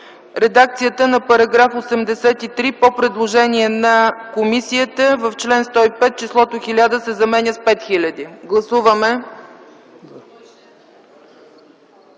редакцията на § 83 по предложение на комисията в чл. 105 числото „1000” се заменя с „5000”. Гласували